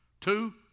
Two